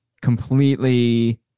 completely